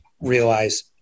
realize